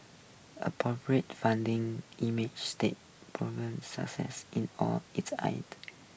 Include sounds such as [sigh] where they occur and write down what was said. a [unintelligible] founding [unintelligible] in all its [unintelligible]